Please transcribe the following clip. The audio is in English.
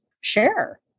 share